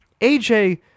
AJ